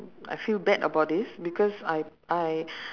I feel bad about this because I I